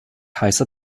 heißer